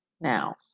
now